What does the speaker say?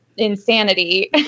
insanity